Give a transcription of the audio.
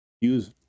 use